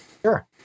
Sure